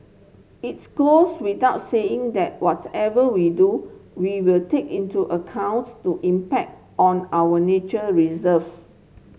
its goes without saying that whatever we do we will take into accounts to impact on our nature reserves